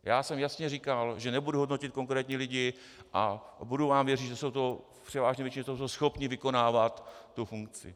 Já jsem jasně říkal, že nebudu hodnotit konkrétní lidi a budu vám věřit, že jsou v převážné většině schopni vykonávat tu funkci.